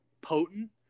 potent